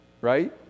right